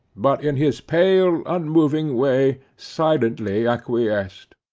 but in his pale unmoving way, silently acquiesced.